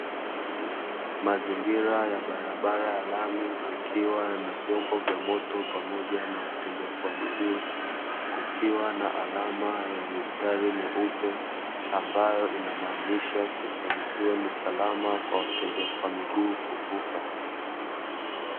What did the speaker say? Mazingira ya barabara ya lami kukiwa na vyombo vya moto pamoja na watembea kwa miguu, kukiwa na alama ya mistari mieupe, ambayo inamaanisha sehemu hiyo ni salama kwa watembea kwa miguu kuvuka.